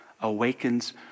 awakens